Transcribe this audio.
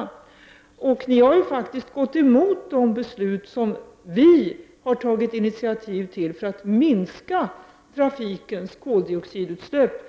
Moderaterna har gått emot de beslut som vi har tagit initiativ till för att minska trafikens koldioxidutsläpp,